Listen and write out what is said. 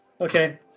Okay